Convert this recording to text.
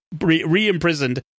re-imprisoned